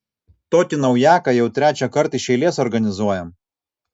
tokį naujaką jau trečiąkart iš eilės organizuojam